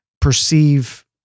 perceive